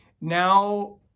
now